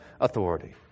authority